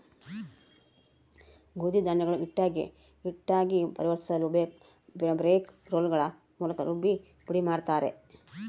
ಗೋಧಿ ಧಾನ್ಯಗಳು ಹಿಟ್ಟಾಗಿ ಪರಿವರ್ತಿಸಲುಬ್ರೇಕ್ ರೋಲ್ಗಳ ಮೂಲಕ ರುಬ್ಬಿ ಪುಡಿಮಾಡುತ್ತಾರೆ